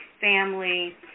family